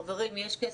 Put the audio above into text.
חברים, יש כסף.